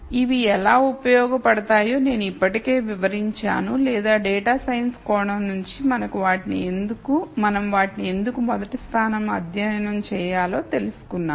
ఇవి ఎలా ఉపయోగపడతాయో నేను ఇప్పటికే వివరించాను లేదా డేటా సైన్స్ కోణం నుండి మనం వాటిని ఎందుకు మొదటి స్థానంలో అధ్యయనం చేయాలో తెలుసుకున్నాము